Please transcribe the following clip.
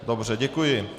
Dobře, děkuji.